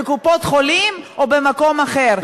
בקופות-חולים או במקום אחר.